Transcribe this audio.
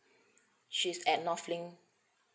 she's at north link